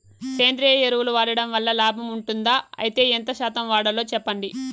సేంద్రియ ఎరువులు వాడడం వల్ల లాభం ఉంటుందా? అయితే ఎంత శాతం వాడాలో చెప్పండి?